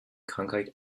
krankheit